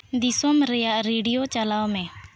ᱫᱤᱥᱳᱢ ᱨᱮᱭᱟᱜ ᱨᱮᱰᱤᱭᱳ ᱪᱟᱞᱟᱣ ᱢᱮ